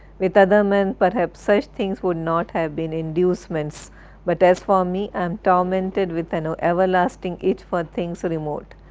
with other men, but perhaps, such things would not have been inducements but as for me, i am tormented with an ah everlasting itch for things remote.